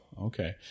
okay